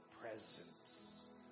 presence